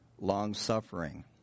long-suffering